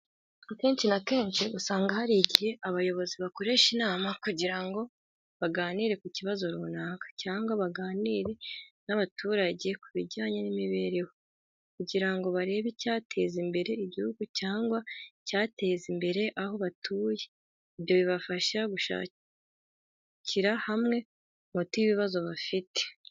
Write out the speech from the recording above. Akenci na kenci usanga hari ijyihe abayobozi bakoresha inama kujyira ngo baganire ku cyibazo runaka cyangwa baganire n'abaturajye kubijyanye n'imibereho ,kujyira ngo barebe icyateza imbere ijyihugu cyangwa icyateza imbere aho batuye .Ibyo bibafasha gushacyira hamwe umuti w'ibibazo bafite.